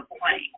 plane